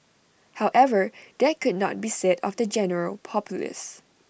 however that could not be said of the general populace